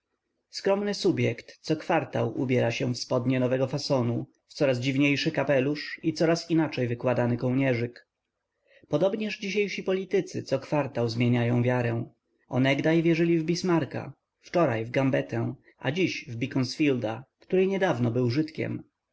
skromny subjekt co kwartał ubiera się w spodnie nowego fasonu w coraz dziwniejszy kapelusz i coraz inaczej wykładany kołnierzyk podobnież dzisiejsi politycy co kwartał zmieniają wiarę onegdaj wierzyli w bismarka wczoraj w gambetę a dziś w beaconsfielda który niedawno był